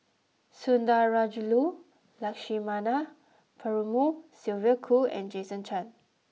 Sundarajulu Lakshmana Perumal Sylvia Kho and Jason Chan